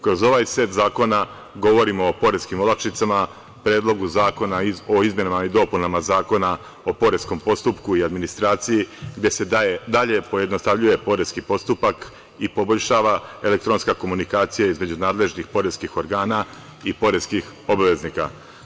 Kroz ovaj set zakona govorimo o poreskim olakšicama, Predlogu zakona o izmenama i dopunama Zakona o poreskom postupku i administraciji, gde se dalje pojednostavljuje poreski postupak i poboljšava elektronska komunikacija između nadležnih poreskih organa i poreskih obveznika.